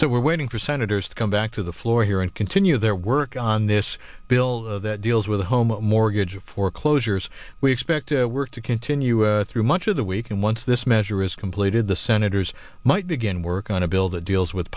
so we're waiting for senate to come back to the floor here and continue their work on this bill that deals with the home mortgage foreclosures we expect work to continue through much of the week and once this measure is completed the senators might begin work on a bill that deals with